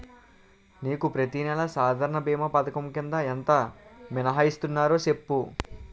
నీకు ప్రతి నెల సాధారణ భీమా పధకం కింద ఎంత మినహాయిస్తన్నారో సెప్పు